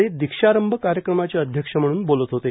ते दीक्षारंभ कार्यक्रमाचे अध्यक्ष म्हणून बोलत होते